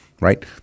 Right